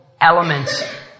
element